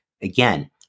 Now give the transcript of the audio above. Again